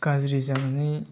गाज्रि जानानै